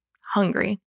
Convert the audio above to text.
hungry